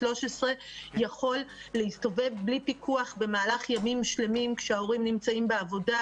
13 יכול להסתובב בלי פיקוח במהלך ימים שלמים כשההורים נמצאים בעבודה,